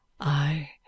I